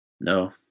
No